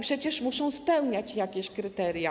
Przecież muszą spełniać jakieś kryteria.